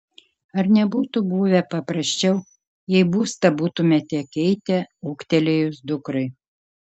ar nebūtų buvę paprasčiau jei būstą būtumėte keitę ūgtelėjus dukrai